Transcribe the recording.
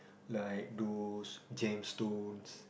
like those jem stones